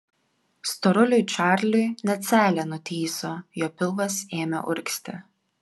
storuliui čarliui net seilė nutįso jo pilvas ėmė urgzti